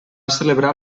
celebrar